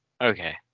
Okay